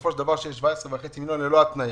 בסופו של דבר הוחלט על 17.5 מיליון ללא התניה.